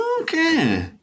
Okay